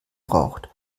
braucht